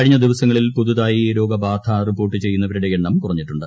കഴിഞ്ഞ ദിവസങ്ങളിൽ പുതുതായി രോഗബാധ റിപ്പോർട്ട് ചെയ്യുന്നവരുടെ എണ്ണം കുറഞ്ഞിട്ടുണ്ട്